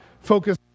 focus